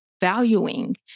valuing